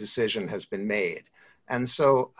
decision has been made and so